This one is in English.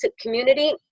community